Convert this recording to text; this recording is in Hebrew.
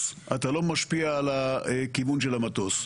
אתה לא משפיע על הכיוון של המטוס.